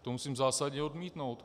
To musím zásadně odmítnout.